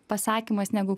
pasakymas negu